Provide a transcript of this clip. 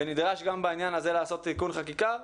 ונדרש גם בעניין הזה לעשות תיקון חקיקה.